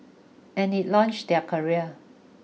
and it launched their career